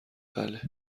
بله